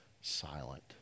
silent